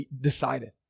decided